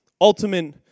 ultimate